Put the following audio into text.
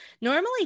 Normally